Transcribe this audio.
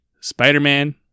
Spider-Man